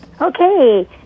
Okay